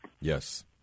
Yes